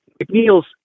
McNeil's